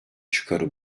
çıkarı